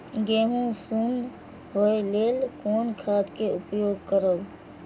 गेहूँ सुन होय लेल कोन खाद के उपयोग करब?